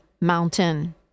mountain